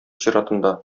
чиратында